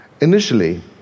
Initially